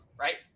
Right